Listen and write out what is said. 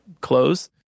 close